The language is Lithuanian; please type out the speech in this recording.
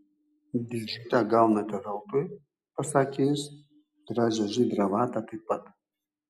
dėžutę gaunate veltui pasakė jis gražią žydrą vatą taip pat